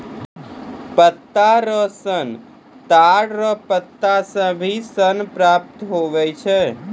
पत्ता रो सन ताड़ रो पत्ता से भी सन प्राप्त हुवै छै